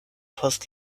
post